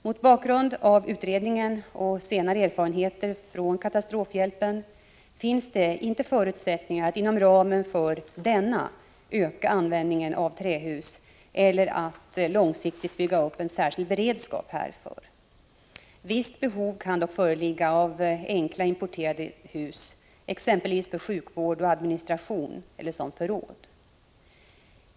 Mot bakgrund av utredningen och senare erfarenheter från katastrofhjälpen finns det inte förutsättningar att inom ramen för denna öka användningen av trähus eller att långsiktigt bygga upp en särskild beredskap härför. Visst behov kan dock föreligga av enkla importerade hus, exempelvis för sjukvård och administration eller som förråd.